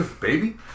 Baby